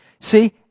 See